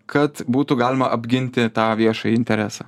kad būtų galima apginti tą viešąjį interesą